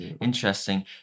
Interesting